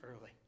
early